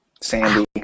Sandy